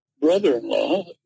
brother-in-law